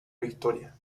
victoria